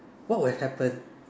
what will have happen